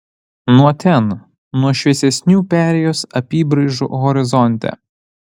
nuo ten nuo šviesesnių perėjos apybraižų horizonte